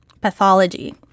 pathology